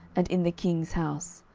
and in the king's house,